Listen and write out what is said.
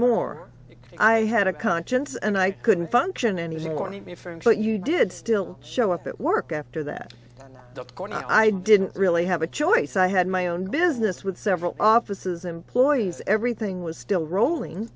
more i had a conscience and i couldn't function anything warning me from what you did still show up at work after that i didn't really have a choice i had my own business with several offices employees everything was still rolling